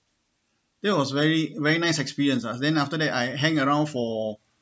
that was very very nice experience ah then after that I hang around for